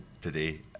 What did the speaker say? today